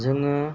जोङो